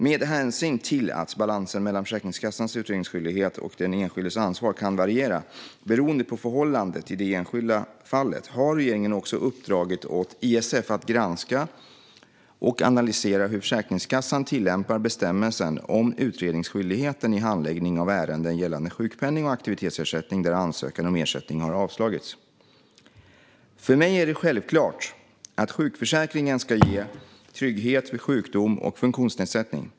Med hänsyn till att balansen mellan Försäkringskassans utredningsskyldighet och den enskildes ansvar kan variera beroende på förhållandet i det enskilda fallet har regeringen också uppdragit åt ISF att granska och analysera hur Försäkringskassan tillämpar bestämmelsen om utredningsskyldigheten i handläggning av ärenden gällande sjukpenning och aktivitetsersättning där ansökan om ersättning har avslagits. För mig är det självklart att sjukförsäkringen ska ge trygghet vid sjukdom och funktionsnedsättning.